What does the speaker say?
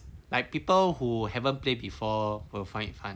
like people who haven't play before will find it hard